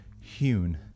hewn